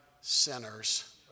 sinners